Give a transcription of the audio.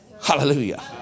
Hallelujah